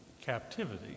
captivity